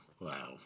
wow